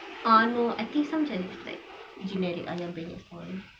ah no I think some chinese like generic ayam penyet stall